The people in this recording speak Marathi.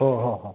हो हो हो